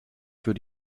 für